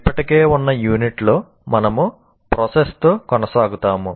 ఇప్పటికే ఉన్న యూనిట్లో మనము ప్రాసెస్ తో కొనసాగుతాము